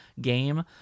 game